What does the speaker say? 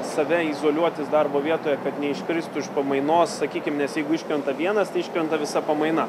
save izoliuotis darbo vietoje kad neiškristų iš pamainos sakykim nes jeigu iškrenta vienas tai iškrenta visa pamaina